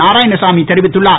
நாராயணசாமி தெரிவித்துள்ளார்